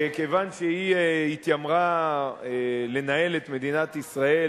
כיוון שהיא התיימרה לנהל את מדינת ישראל